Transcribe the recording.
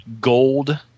gold